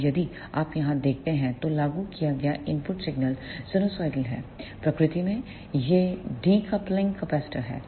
अब यदि आप यहाँ देखते हैं तो लागू किया गया इनपुट सिग्नल साइनसॉइडल है प्रकृति में ये डीकपलिंग कैपेसिटर हैं